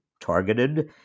targeted